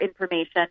information